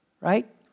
right